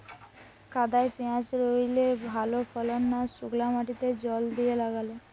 কাদায় পেঁয়াজ রুইলে ভালো ফলন না শুক্নো মাটিতে জল দিয়ে লাগালে?